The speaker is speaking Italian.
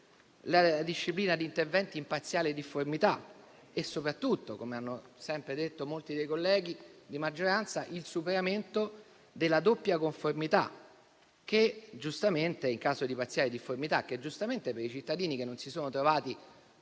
la disciplina di interventi in parziale difformità e, soprattutto, come hanno sempre detto molti dei colleghi di maggioranza, il superamento della doppia conformità in caso di parziale difformità, che giustamente per i cittadini che non si sono trovati